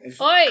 Oi